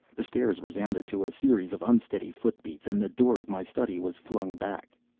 the stairs resounded to a series of unsteady footbeats, and the door of my study was flung back.